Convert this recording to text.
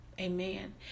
Amen